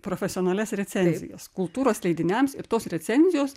profesionalias recenzijas kultūros leidiniams ir tos recenzijos